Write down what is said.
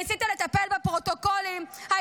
הניסיון שלך להמיט חורבן על המפעל הציוני